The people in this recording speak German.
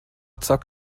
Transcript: zack